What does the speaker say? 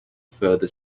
further